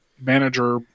manager